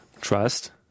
Trust